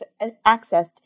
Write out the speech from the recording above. accessed